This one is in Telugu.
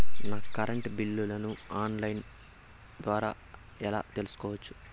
నా కరెంటు బిల్లులను ఆన్ లైను ద్వారా ఎలా తెలుసుకోవచ్చు?